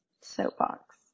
soapbox